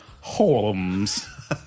Holmes